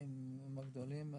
עם הגדולים,